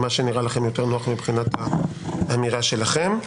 מה שנראה לכם יותר נוח מבחינת האמירה שלכם.